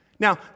Now